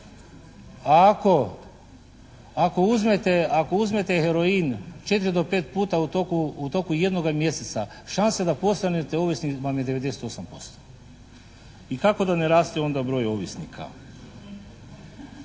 ako uzmete heroin 4 do 5 puta u toku jednoga mjeseca šanse da postanete ovisnik vam je 98%. I kako da ne raste onda broj ovisnika?